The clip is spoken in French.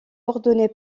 ordonné